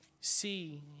see